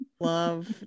Love